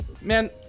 Man